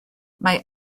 mae